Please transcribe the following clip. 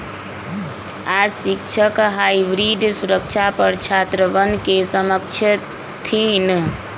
आज शिक्षक हाइब्रिड सुरक्षा पर छात्रवन के समझय थिन